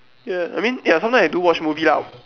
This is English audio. ya I mean ya sometime I do watch movie lah